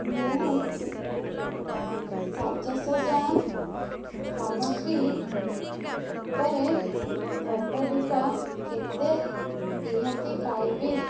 ମୁଁ ସାଜସଜ୍ଜା ସାମଗ୍ରୀ ଉପରେ ସର୍ବାଧିକ କେତେ ରିହାତି ପାଇବି